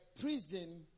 prison